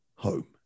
home